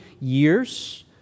years